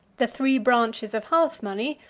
the three branches of hearth-money,